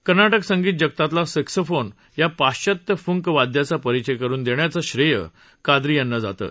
कर्नाटक संगीत जगताला सॅक्सोफोन या पाश्वात्य फूंक वाद्याचा परिचय करुन देण्याचं श्रेय काद्री यांना जातं